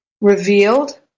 revealed